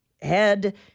head